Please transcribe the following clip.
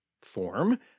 form